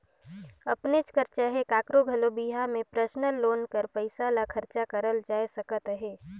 अपनेच कर चहे काकरो घलो बिहा में परसनल लोन कर पइसा ल खरचा करल जाए सकत अहे